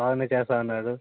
అవన్నీ చేస్తూ ఉన్నాడు